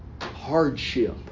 hardship